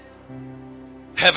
heaven